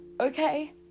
Okay